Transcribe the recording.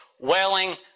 wailing